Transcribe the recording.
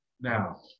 Now